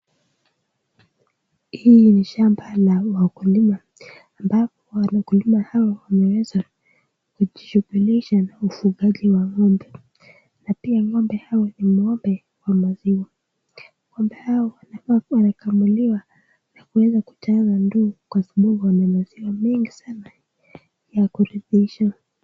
Hili ni shamba la wakulima ambapo wakulima hao wameweza kujishughulisha na ufugaji wa ng'ombe, na pia ng'ombe hao ni ng'ombe wa maziwa. Ng'ombe hao wanafaa kuwa wanakamuliwa na kuweza kujaza ndoo kwa sababu wana maziwa mengi sana ya kuridhisha.